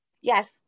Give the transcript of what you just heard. Yes